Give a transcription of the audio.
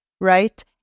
right